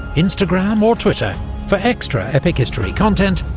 instagram or twitter for extra epic history content,